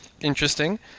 interesting